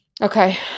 Okay